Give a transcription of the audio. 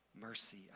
mercy